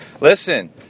Listen